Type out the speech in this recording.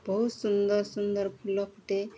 ବହୁତ ସୁନ୍ଦର ସୁନ୍ଦର ଫୁଲ ଫୁଟେ